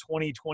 2020